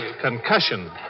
concussion